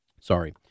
Sorry